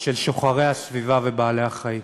של שוחרי הסביבה ובעלי-החיים.